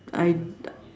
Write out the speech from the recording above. I uh